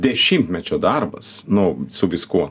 dešimtmečio darbas nu su viskuo